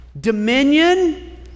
dominion